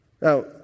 Now